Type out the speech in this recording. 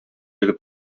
егет